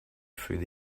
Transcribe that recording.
through